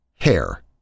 Hair